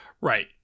Right